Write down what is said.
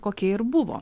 kokie ir buvo